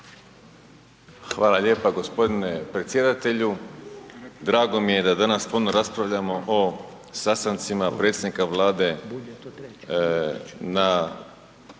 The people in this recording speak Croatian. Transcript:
Hvala lijepa g. predsjedatelju. Drago mi je da danas puno raspravljamo o sastancima predsjednika Vlade u